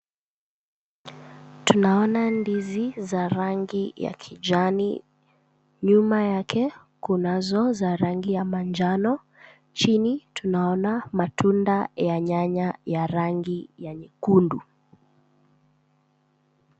Tunaona ndizi za rangi ya kijani. Nyuma yake kunazo za rangi ya manjano. Chini tunaona matunda ya nyanya ya rangi ya nyekundu.